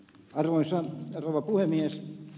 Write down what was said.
arvoisa rouva puhemies